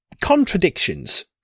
contradictions